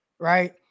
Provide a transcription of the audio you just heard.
Right